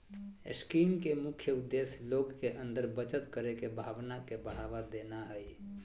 scheme के मुख्य उद्देश्य लोग के अंदर बचत करे के भावना के बढ़ावा देना हइ